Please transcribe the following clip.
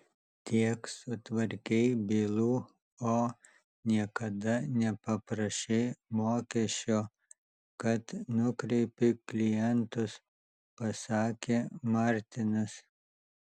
tiek sutvarkei bylų o niekada nepaprašei mokesčio kad nukreipi klientus pasakė martinas